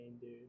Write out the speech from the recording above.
dude